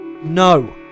No